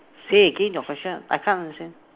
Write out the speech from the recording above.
say again your question I can't understand